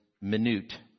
minute